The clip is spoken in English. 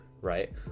Right